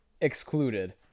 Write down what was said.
excluded